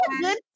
good